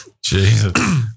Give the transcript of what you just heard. Jesus